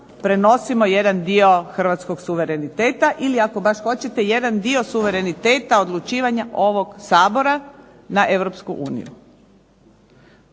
prenosimo jedan dio Hrvatskog suvereniteta, ili ako baš hoćete jedan dio suvereniteta odlučivanja ovog Sabora na